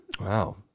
Wow